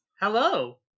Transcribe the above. hello